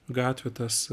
gatvių tas